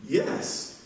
yes